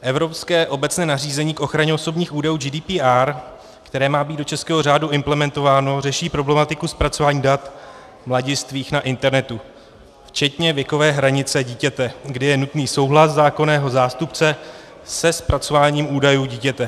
Evropské obecné nařízení k ochraně osobních údajů GDPR, které má být do českého řádu implementováno, řeší problematiku zpracování dat mladistvých na internetu včetně věkové hranice dítěte, kdy je nutný souhlas zákonného zástupce se zpracováním údajů dítěte.